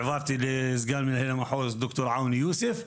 העברתי לסגן מנהל המחוז ד"ר עאוני יוסף.